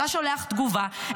אתה שולח תגובה,